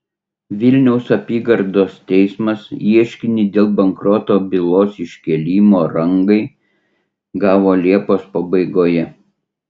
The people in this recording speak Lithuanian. vilniaus apygardos teismas ieškinį dėl bankroto bylos iškėlimo rangai gavo liepos pabaigoje